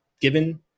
given